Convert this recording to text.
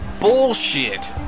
bullshit